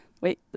Wait